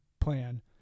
plan